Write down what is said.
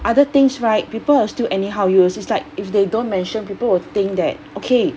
other things right people will still anyhow use is like if they don't mention people will think that okay